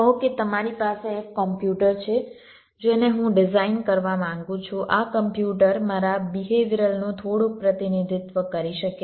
કહો કે મારી પાસે એક કોમ્પ્યુટર છે જેને હું ડિઝાઇન કરવા માંગુ છું આ કોમ્પ્યુટર મારા બિહેવિયરલનું થોડુક પ્રતિનિધિત્વ કરી શકે છે